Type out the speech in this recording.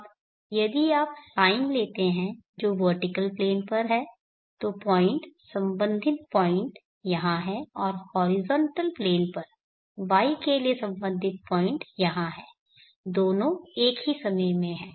अब यदि आप साइन लेते हैं जो वर्टिकल प्लेन पर है तो पॉइंट संबंधित पॉइंट यहां है और हॉरिजॉन्टल प्लेन पर Y के लिए संबंधित पॉइंट यहां है दोनों एक ही समय में है